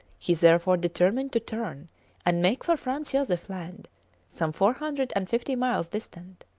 he therefore determined to turn and make for franz josef land some four hundred and fifty miles distant.